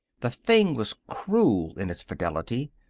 the thing was cruel in its fidelity,